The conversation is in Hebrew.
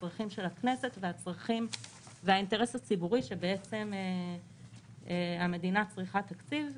הצרכים של הכנסת והאינטרס הציבורי שהמדינה צריכה תקציב,